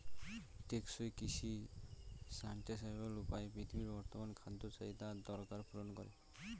টেকসই কৃষি সাস্টেইনাবল উপায়ে পৃথিবীর বর্তমান খাদ্য চাহিদা আর দরকার পূরণ করে